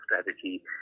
strategy